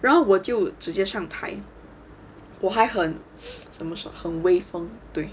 然后我就直接上台我还很怎么时候很威风对